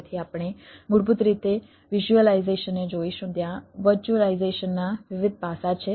તેથી આપણે મૂળભૂત રીતે વિઝ્યુલાઇઝેશનને જોઈશું ત્યાં વર્ચ્યુઅલાઈઝેશનના વિવિધ પાસાં છે